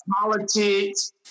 politics